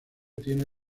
tiene